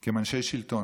כי הם אנשי שלטון.